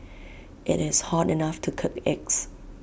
IT is hot enough to cook eggs